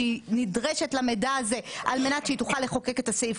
שהיא נדרשת למידע הזה על מנת שהיא תוכל לחוקק את הסעיף,